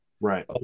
Right